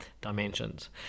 dimensions